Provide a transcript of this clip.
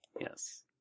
Yes